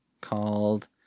called